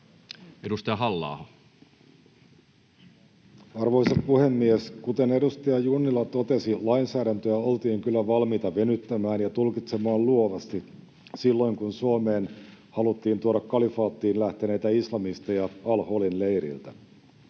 16:12 Content: Arvoisa puhemies! Kuten edustaja Junnila totesi, lainsäädäntöä oltiin kyllä valmiita venyttämään ja tulkitsemaan luovasti silloin, kun Suomeen haluttiin tuoda kalifaattiin lähteneitä islamisteja al-Holin leiriltä.